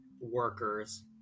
workers